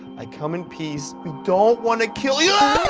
i come in peace. we don't wanna kill yargh!